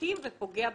החזקים ופוגע במוחלשים.